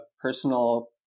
personal